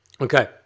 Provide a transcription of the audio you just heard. Okay